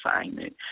assignment